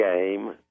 game